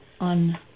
on